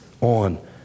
on